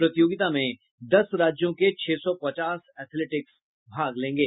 प्रतियोगिता में दस राज्यों के छह सौ पचास एथेलिटिक्स भाग लेंगे